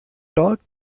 torque